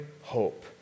hope